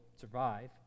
survive